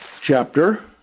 chapter